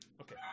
Okay